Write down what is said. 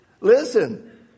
Listen